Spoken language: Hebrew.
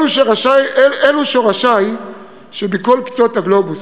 אלו שורשי שבכל קצות הגלובוס,